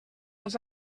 els